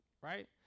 Right